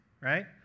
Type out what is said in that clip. right